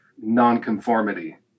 nonconformity